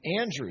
Andrew